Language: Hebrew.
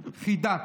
חידה.